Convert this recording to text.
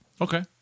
Okay